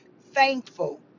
thankful